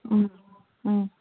ꯎꯝ ꯎꯝ